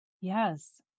Yes